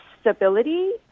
stability